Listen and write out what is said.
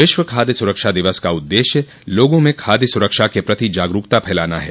विश्व खाद्य सुरक्षा दिवस का उद्देश्य लोगों में खाद्य सुरक्षा के प्रति जागरूकता फैलाना है